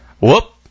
Whoop